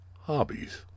hobbies